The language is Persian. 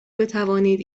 بتوانید